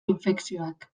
infekzioak